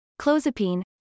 Clozapine